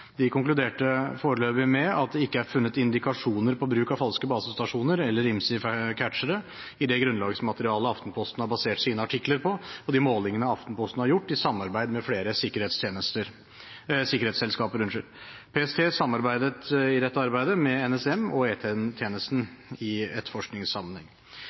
De konkluderte foreløpig med at det ikke er funnet indikasjoner på bruk av falske basestasjoner eller IMSI-catchere i det grunnlagsmaterialet Aftenposten har basert sine artikler på, og i de målingene Aftenposten har gjort i samarbeid med flere sikkerhetsselskaper. PST samarbeidet i dette arbeidet med NSM og E-tjenesten i etterforskningssammenheng.